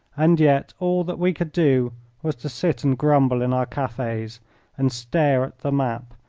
and yet all that we could do was to sit and grumble in our cafes and stare at the map,